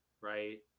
right